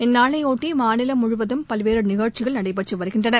இந்நாளையொட்டி மாநிலம் முழுவதும் பல்வேறு நிகழ்ச்சிகள் நடைபெற்று வருகின்றன